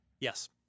Yes